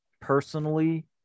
personally